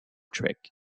trek